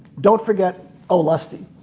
don't forget olustee.